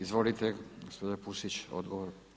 Izvolite, gospođo Pusić, odgovor.